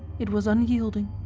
it was unyielding.